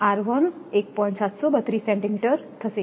732 centimetre થશે